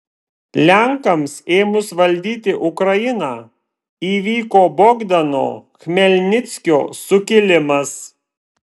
lenkams ėmus valdyti ukrainą įvyko bogdano chmelnickio sukilimas